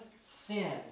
sin